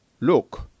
Look